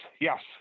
Yes